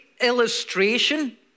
illustration